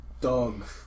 dog